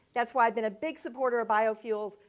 that's why i've been a big supporter of biofuels,